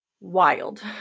wild